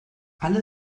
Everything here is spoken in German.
alle